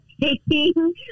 taking